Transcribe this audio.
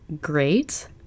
great